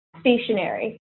stationary